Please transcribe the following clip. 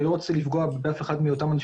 אני לא רוצה לפגוע באף אחד מאותם אנשים